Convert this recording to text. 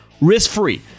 risk-free